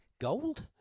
gold